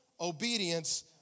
obedience